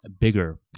bigger